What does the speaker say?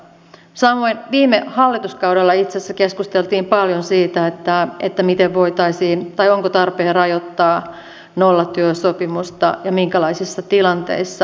samoin viime hallituskaudella itse asiassa keskusteltiin paljon siitä että on että miten voitaisiin tai onko tarpeen rajoittaa nollatyösopimusta ja minkälaisissa tilanteissa